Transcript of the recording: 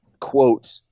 quote